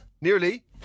Nearly